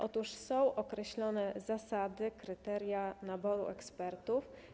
Otóż są określone zasady, kryteria naboru ekspertów.